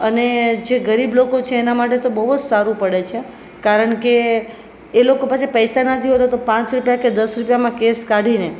અને જે ગરીબ લોકો છે એના માટે તો બહુ જ સારું પડે છે કારણ કે એ લોકો પાસે પૈસા નથી હોતા તો પાંચ રૂપિયા કે દસ રૂપિયામાં કેસ કાઢીને